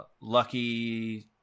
Lucky